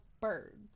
birds